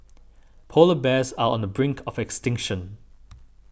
Polar Bears are on the brink of extinction